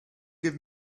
give